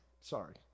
sorry